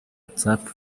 whatsapp